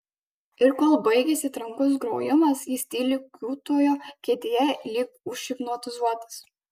ir kol baigėsi trankus grojimas jis tyliai kiūtojo kėdėje lyg užhipnotizuotas